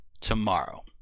tomorrow